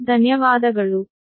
ಧನ್ಯವಾದಗಳು